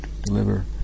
deliver